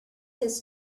his